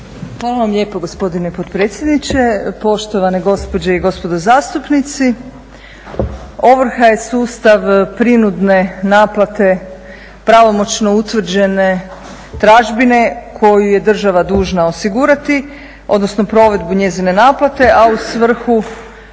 Hvala vam lijepo gospodine potpredsjedniče. Poštovane gospođe i gospodo zastupnici. Ovrha je sustav prinudne naplate pravomoćno utvrđene tražbine koju je država dužna osigurati, odnosno provedbu njezine naplate, a u svrhu